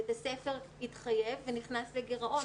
בית הספר התחייב ונכנס לגירעון.